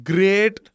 Great